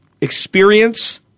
experience